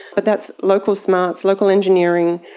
but that's local smarts, local engineering,